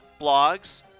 blogs